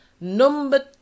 Number